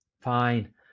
Fine